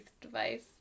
device